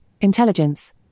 Intelligence